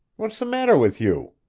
what's the matter with you?